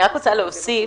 אני רק רוצה להוסיף